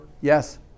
Yes